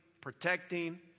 protecting